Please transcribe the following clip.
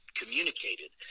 communicated